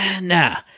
Nah